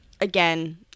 again